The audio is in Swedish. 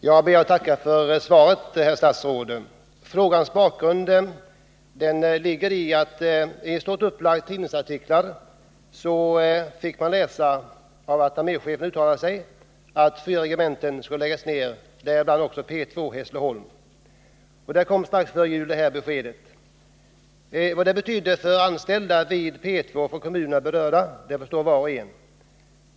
Herr talman! Jag ber att få tacka försvarsministern för svaret. Frågans bakgrund är att i en stort upplagd tidningsartikel fick man läsa att arméchefen uttalat att fyra regementen skulle läggas ned, däribland P 2 i Hässleholm. Detta besked kom strax före jul. Vad det betyder för de anställda vid P 2 och berörda kommuner förstår var och en.